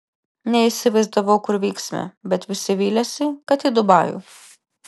neįsivaizdavau kur vyksime bet visi vylėsi kad į dubajų